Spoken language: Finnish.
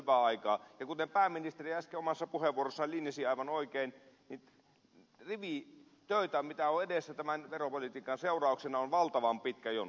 ja kuten pääministeri äsken omassa puheenvuorossaan linjasi aivan oikein niin on rivi töitä mitä on edessä tämän veropolitiikan seurauksena on valtavan pitkä jono